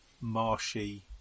marshy